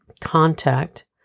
contact